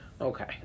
Okay